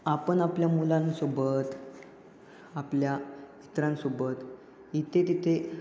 आपण आपल्या मुलांसोबत आपल्या इतरांसोबत इथे तिथे